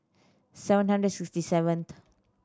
seven hundred sixty seventh